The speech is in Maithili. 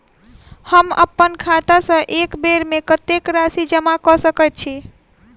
हम अप्पन खाता सँ एक बेर मे कत्तेक राशि जमा कऽ सकैत छी?